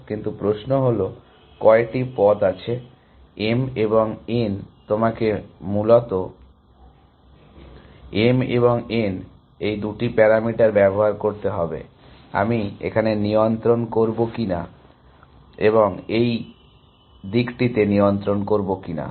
কিন্তু প্রশ্ন হল কয়টি পথ আছে m এবং n তোমাকে মূলত m এবং n দুটি প্যারামিটার ব্যবহার করতে হবে আমি এখানে নিয়ন্ত্রণ করব কিনা এবং এই দিকটিতে নিয়ন্ত্রণ করব কিনা